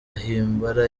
himbara